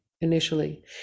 initially